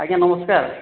ଆଜ୍ଞା ନମସ୍କାର